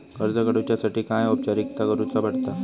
कर्ज काडुच्यासाठी काय औपचारिकता करुचा पडता?